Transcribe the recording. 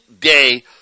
day